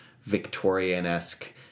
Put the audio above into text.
Victorian-esque